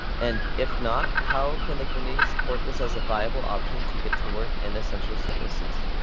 and if not, how can the community support this as a viable option to get to work and essential services?